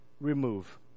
remove